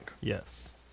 Yes